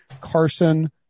Carson